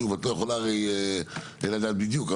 שוב את לא יכולה הרי לדעת בדיוק,